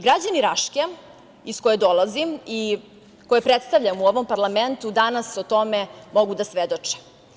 Građani Raške iz koje dolazim i koje predstavljam u ovom parlamentu danas o tome mogu da svedoče.